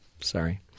sorry